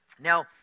Now